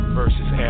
versus